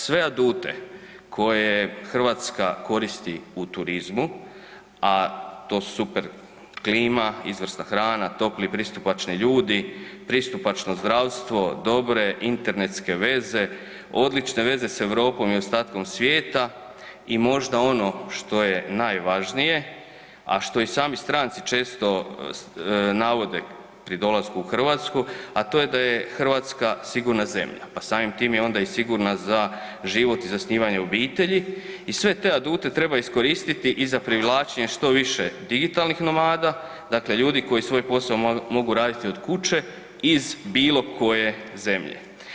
Sve adute koje Hrvatska koristi u turizmu, a to super klima, izvrsna hrana, topli i pristupačni ljudi, pristupačno zdravstvo, dobre internetske veze, odlične veze s Europom i ostatkom svijeta i možda ono što je najvažnije, a što i sami stranci često navode pri dolasku u Hrvatsku, a to je da je Hrvatska sigurna zemlja, pa samim tim je onda i sigurna za život i zasnivanje obitelji i sve te adute treba iskoristiti i za privlačenje što više digitalnih nomada, dakle ljudi koji svoj posao mogu raditi od kuće iz bilo koje zemlje.